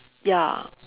ya